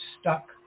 stuck